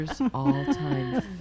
all-time